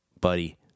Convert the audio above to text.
buddy